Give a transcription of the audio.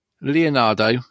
Leonardo